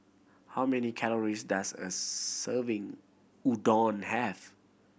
how many calories does a serving Udon have